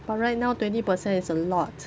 but right now twenty percent is a lot